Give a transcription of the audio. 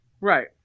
right